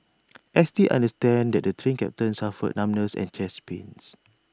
S T understands that the Train Captain suffered numbness and chest pains